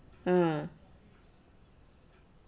uh